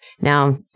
Now